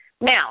Now